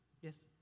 Yes